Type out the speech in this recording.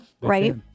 right